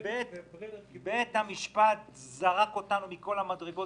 בית המשפט זרק אותנו מכל המדרגות.